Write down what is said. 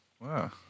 Wow